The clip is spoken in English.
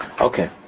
Okay